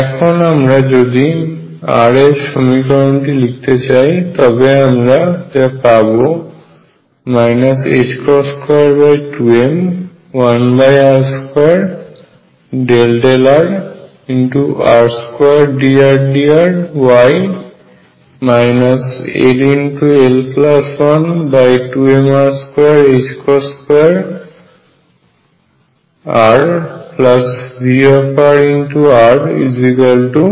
এখন আমরা যদি r এর সমীকরণটি লিখতে চাই তবে আমরা যা পাব 22m1r2∂r r2dRdrY ll122mr2RVrRER